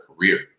career